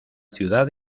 ciudad